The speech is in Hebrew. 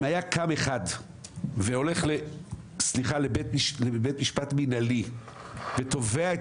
אם היה קם אחד והולך לבית משפט מנהלי ותובע את